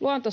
Luonto